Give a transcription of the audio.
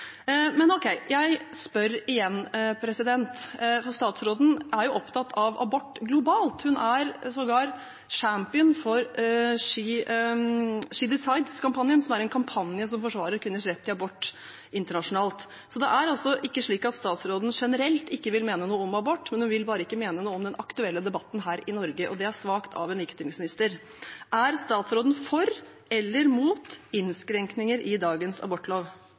Men ok, jeg spør igjen, for statsråden er jo opptatt av abort globalt, hun er sågar champion for SheDecides-kampanjen, som er en kampanje som forsvarer kvinners rett til abort internasjonalt – så det er ikke slik at statsråden generelt ikke vil mene noe om abort, hun vil bare ikke mene noe om den aktuelle debatten her i Norge, og det er svakt av en likestillingsminister: Er statsråden for eller mot innskrenkninger i dagens abortlov?